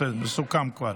בסדר, מסוכם כבר.